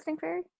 fairy